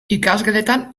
ikasgeletan